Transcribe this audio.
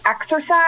exercise